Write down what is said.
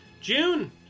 June